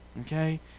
Okay